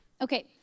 okay